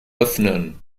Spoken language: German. öffnen